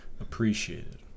appreciated